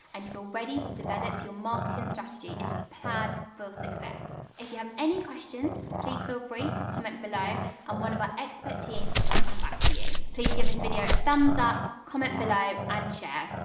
and you feel ready to develop your marketing strategy into a plan for success! if you have any questions, please feel free to comment below and one of our expert team will come back to you. please give this video a thumbs up, comment below and share!